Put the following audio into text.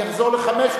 אני אחזור ל-5,